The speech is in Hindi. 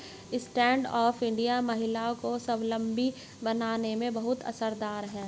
स्टैण्ड अप इंडिया महिलाओं को स्वावलम्बी बनाने में बहुत असरदार है